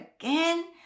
again